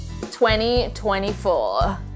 2024